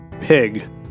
Pig